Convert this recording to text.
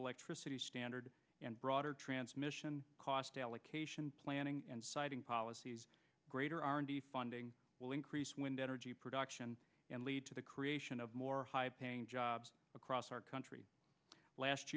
electricity standard and broader transmission cost allocation planning and siting policies greater r and d funding will increase wind energy production and lead to the creation of more high paying jobs across our country last